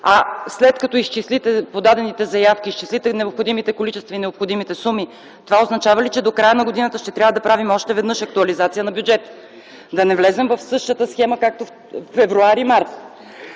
а след като изчислите подадените заявки, изчислите необходимите количества и необходимите суми, това означава ли, че до края на годината ще трябва да правим още веднъж актуализация на бюджета? Да не влезем в същата схема, както февруари-март?